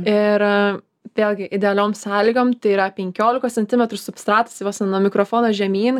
ir vėlgi idealiom sąlygom tai yra penkiolikos centimetrų substratas nuo mikrofono žemyn